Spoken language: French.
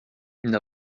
une